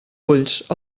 ulls